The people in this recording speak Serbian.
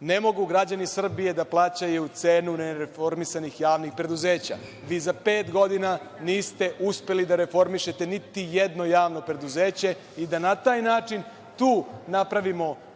ne mogu građani Srbije da plaćaju cenu nereformisanih javnih preduzeća. Vi za pet godina niste uspeli da reformišete niti jedno javno preduzeće i da na taj način tu napravimo uštede